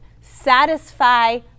Satisfy